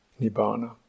nibbana